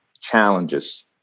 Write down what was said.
challenges